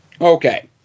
Okay